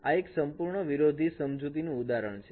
આ એક સંપૂર્ણ વિરોધી સમજૂતીનું ઉદાહરણ છે